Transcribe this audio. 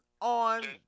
on